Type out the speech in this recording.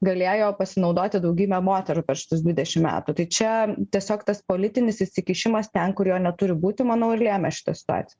galėjo pasinaudoti daugybė moterų per šituos dvidešim metų tai čia tiesiog tas politinis įsikišimas ten kur jo neturi būti manau ir lėmė šitą situaciją